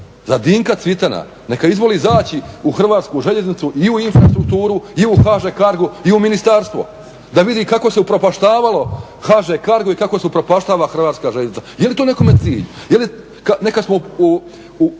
Dinka Cvitana. Neka izvoli zaći u HŽ i u infrastrukturu i u HŽ cargo i u ministarstvo da vidi kako se upropaštavalo HŽ cargo i kako se upropaštava HŽ. Je li to nekome cilj?